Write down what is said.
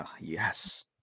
Yes